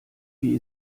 wie